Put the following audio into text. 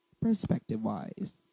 perspective-wise